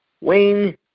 Wayne